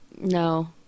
No